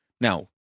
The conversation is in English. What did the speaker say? now